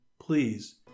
Please